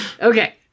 Okay